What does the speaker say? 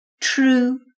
True